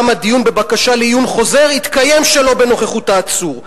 הדיון בבקשה לעיון חוזר יתקיים שלא בנוכחות העצור,